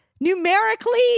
numerically